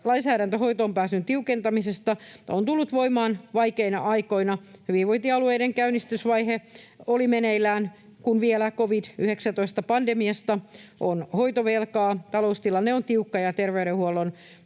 Lainsäädäntö hoitoonpääsyn tiukentamisesta on tullut voimaan vaikeina aikoina. Hyvinvointialueiden käynnistysvaihe oli meneillään, kun vielä covid-19-pandemiasta on hoitovelkaa, taloustilanne on tiukka ja terveydenhuollon